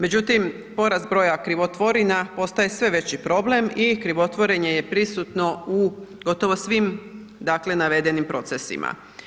Međutim, porast broja krivotvorina postaje sve veći problem i krivotvorenje je prisutno u gotovo svim dakle navedenim procesima.